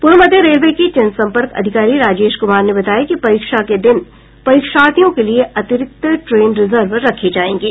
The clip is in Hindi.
पूर्व मध्य रेलवे के जनसंपर्क अधिकारी राजेश कुमार ने बताया कि परीक्षा के दिन परीक्षार्थियों के लिए अतिरिक्त ट्रेन रिजर्व रखे जायेंगे